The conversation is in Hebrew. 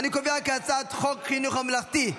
אני קובע כי הצעת חוק חינוך ממלכתי (תיקון,